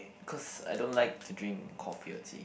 cause I don't like to drink coffee or tea